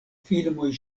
filmoj